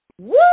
Woo